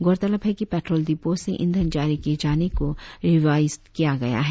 गौरतलब है कि पेट्रोल डिपो से ईंधन जारी किए जाने को रिवाइज्ड किया गया है